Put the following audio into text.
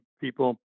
people